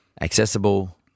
accessible